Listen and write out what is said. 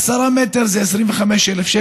על עשרה מטרים הוא משלם 25,000,